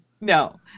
No